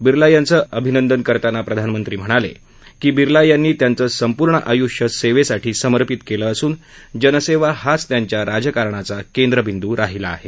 बिर्ला यांचं अभिनंदन करताना प्रधानमंत्री म्हणाले की बिर्ला यांनी त्यांचं संपूर्ण आयुष्य सेवेसाठी समर्पित केलं असून जनसेवा हाच त्यांच्या राजकारणाचा केंद्रबिंदू राहिला आहे